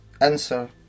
Answer